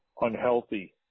unhealthy